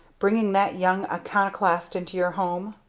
bringing that young iconoclast into your home!